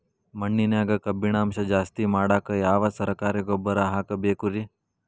ಮಣ್ಣಿನ್ಯಾಗ ಕಬ್ಬಿಣಾಂಶ ಜಾಸ್ತಿ ಮಾಡಾಕ ಯಾವ ಸರಕಾರಿ ಗೊಬ್ಬರ ಹಾಕಬೇಕು ರಿ?